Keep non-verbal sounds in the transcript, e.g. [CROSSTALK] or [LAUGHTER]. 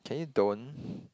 can you don't [BREATH]